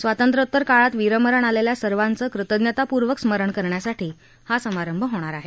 स्वातंत्र्योत्तर काळात वीरमरण आलेल्या सर्वाचं कृतज्ञतापूर्वक स्मरण करण्यासाठी हा समारंभ होणार आहे